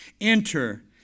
Enter